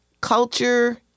culture